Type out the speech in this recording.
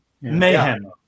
Mayhem